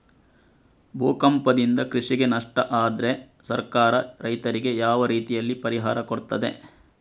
ಭೂಕಂಪದಿಂದ ಕೃಷಿಗೆ ನಷ್ಟ ಆದ್ರೆ ಸರ್ಕಾರ ರೈತರಿಗೆ ಯಾವ ರೀತಿಯಲ್ಲಿ ಪರಿಹಾರ ಕೊಡ್ತದೆ?